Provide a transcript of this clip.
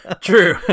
true